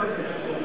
בבקשה.